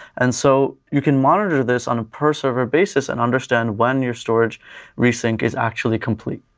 and so you can monitor this on a per server basis and understand when your storage re-sync is actually complete.